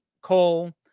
coal